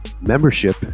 membership